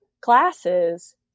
classes